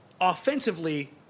offensively